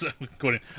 according